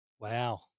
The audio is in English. wow